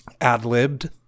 ad-libbed